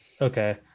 okay